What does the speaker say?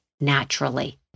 naturally